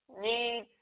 need